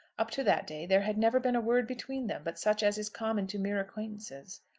up to that day there had never been a word between them but such as is common to mere acquaintances,